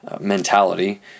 mentality